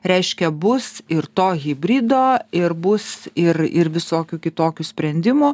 reiškia bus ir to hibrido ir bus ir ir visokių kitokių sprendimų